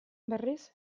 berriz